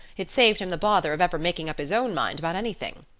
it saved him the bother of ever making up his own mind about anything.